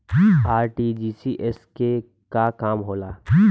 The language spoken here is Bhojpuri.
आर.टी.जी.एस के का काम होला?